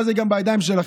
אבל זה גם בידיים שלכם.